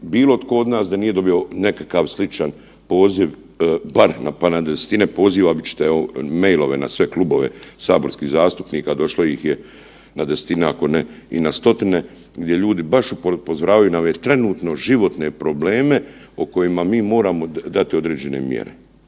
bilo tko od nas da nije dobio nekakav sličan poziv …/nerazumljivo/… pa na 10-tine poziva vid ćete evo mailove na sve klubove saborskih zastupnika došlo ih je na 10-tine, ako ne i na 100-tine gdje ljudi baš upozoravaju na ove trenutno životne probleme o kojima mi moramo dati određene mjere.